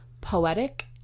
poetic